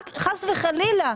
חס וחלילה.